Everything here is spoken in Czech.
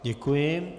Děkuji.